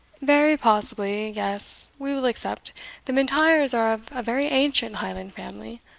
very possibly yes, we will accept the m'intyres are of a very ancient highland family.